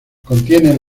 contiene